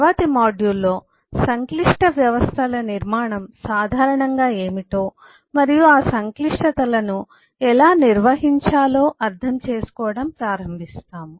తరువాతి మాడ్యూల్లో సంక్లిష్ట వ్యవస్థల నిర్మాణం సాధారణంగా ఏమిటో మరియు ఆ సంక్లిష్టతలను ఎలా నిర్వహించాలో అర్థం చేసుకోవడం ప్రారంభిస్తాము